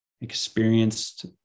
experienced